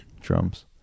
drums